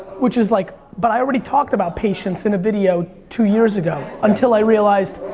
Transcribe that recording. which is like, but i already talked about patience in a video two years ago. until i realized,